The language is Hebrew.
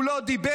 הוא לא דיבר,